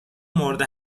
مورد